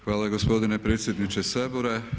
Hvala gospodine predsjedniče Sabora.